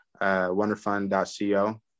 wonderfund.co